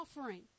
offering